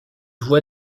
voie